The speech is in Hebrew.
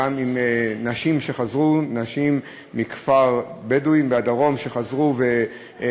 עם נשים מכפר בדואי בדרום שחזרו לכפרן,